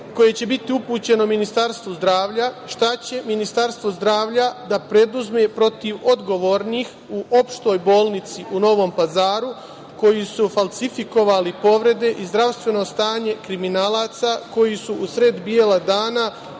koje će biti upućeno Ministarstvu zdravlja – šta će Ministarstvo zdravlja da preduzme protiv odgovornih u Opštoj bolnici u Novom Pazaru koji su falsifikovali povrede i zdravstveno stanje kriminalaca koji su usred bela dana